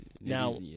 Now